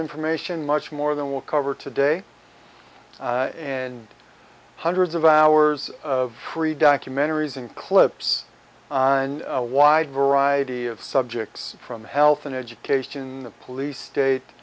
information much more than will cover today and hundreds of hours of free documentaries and clips on a wide variety of subjects from health and education the police